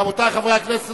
רבותי חברי הכנסת,